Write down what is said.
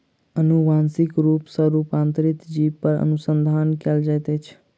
अनुवांशिक रूप सॅ रूपांतरित जीव पर अनुसंधान कयल जाइत अछि